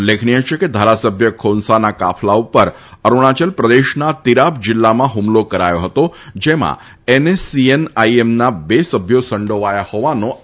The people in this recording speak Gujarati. ઉલ્લેખનિય છે કે ધારાસભ્ય ખોનસાના કાફલા ઉપર અરૂણાચલપ્રદેશના તિરાપ જિલ્લામાં ઠ્મલો કરાયો હતો જેમાં સભ્યો સંડોવાયા હોવાનો આરોપ છે